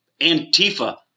Antifa